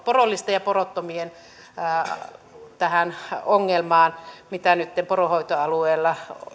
porollisten ja porottomien ongelmaan mitä nytten poronhoitoalueella